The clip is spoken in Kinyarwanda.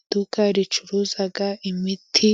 iduka ricuruza imiti.